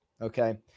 okay